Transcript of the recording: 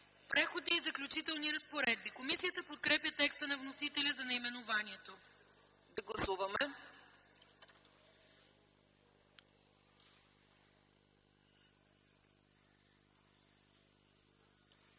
„Преходни и заключителни разпоредби”. Комисията подкрепя текста на вносителя за наименованието. ПРЕДСЕДАТЕЛ